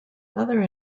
other